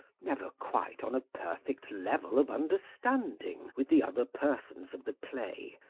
never quite on a perfect level of understanding, with the other persons of the play,